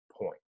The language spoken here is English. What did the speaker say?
point